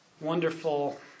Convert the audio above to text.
wonderful